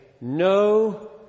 no